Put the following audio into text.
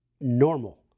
normal